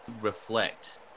reflect